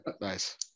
Nice